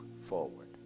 forward